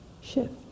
shift